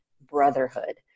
brotherhood